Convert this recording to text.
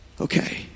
okay